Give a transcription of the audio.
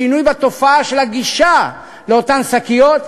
שינוי בתופעה של הגישה לאותן שקיות,